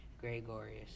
Gregorius